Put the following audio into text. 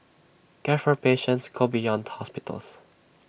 care for patients go beyond hospitals